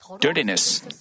dirtiness